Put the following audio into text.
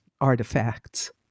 artifacts